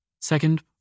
Second